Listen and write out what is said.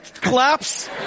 collapse